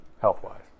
Health-wise